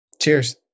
cheers